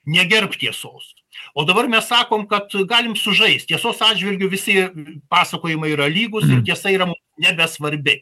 negerbt tiesos o dabar mes sakom kad galim sužaist tiesos atžvilgiu visi pasakojimai yra lygūs tiesa yra nebesvarbi